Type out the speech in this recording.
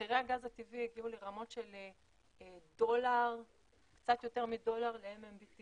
מחירי הגז הטבעי הגיעו לרמות של קצת יותר מדולר ל-MMBTU.